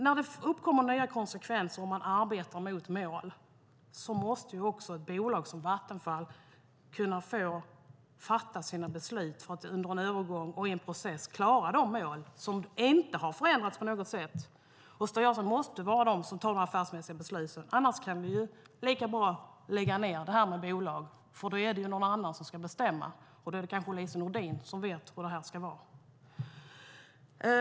När det uppkommer nya konsekvenser och man arbetar mot mål måste också ett bolag som Vattenfall kunna få fatta sina beslut för att under en övergång och i en process klara de mål som inte har förändrats på något sätt. Och styrelsen måste vara de som fattar besluten. Annars kan vi lika gärna lägga ned detta med bolag, för då är det ju någon annan som ska bestämma. Då är det kanske Lise Nordin som vet hur det här ska vara.